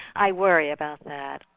i worry about that.